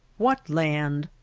what land?